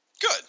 Good